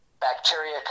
Bacteria